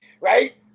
Right